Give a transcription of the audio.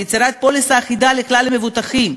יצירת פוליסה אחידה לכלל המבוטחים,